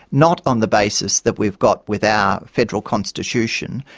not on the basis that we've got with our federal constitution,